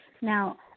Now